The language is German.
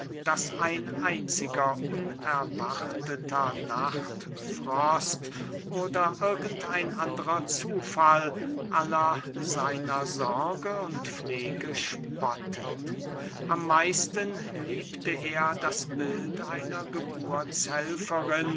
daß ein einziger unerwarteter nachtfrost oder irgend ein anderer zufall aller seiner sorge und pflege spottet am meisten liebte er das bild einer geburtshelferin